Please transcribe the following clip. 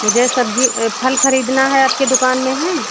मुझे सब्जी फल खरीदना है आपके दुकान में हैं